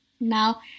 Now